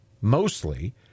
mostly